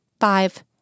Five